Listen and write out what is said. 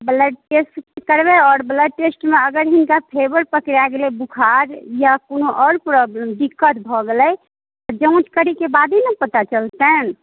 blood test करेबै आओर blood टेस्टमे अगर हिनका फीवर पकड़ा गेलै बोखार अइ कोनो प्रॉब्लम दिक्कत भऽ गेलै जाँच करैके बादे ने पता चलतनि